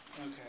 Okay